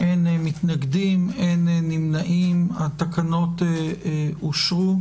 הצבעה בעד התקנות פה אחד התקנות אושרו.